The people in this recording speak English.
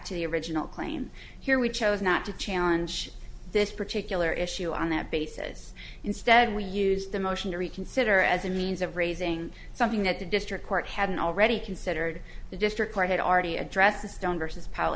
to the original claim here we chose not to challenge this particular issue on that basis instead we used the motion to reconsider as a means of raising something that the district court had already considered the district court had already addresses down versus po